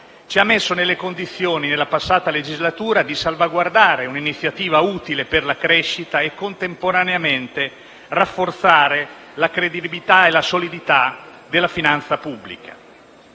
ci ha messo nelle condizioni, nella passata legislatura, di salvaguardare un'iniziativa utile per la crescita e, contemporaneamente, di rafforzare la credibilità e la solidità della finanza pubblica.